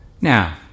Now